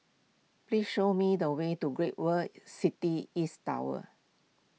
please show me the way to Great World City East Tower